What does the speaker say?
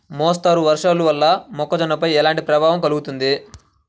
మోస్తరు వర్షాలు వల్ల మొక్కజొన్నపై ఎలాంటి ప్రభావం కలుగుతుంది?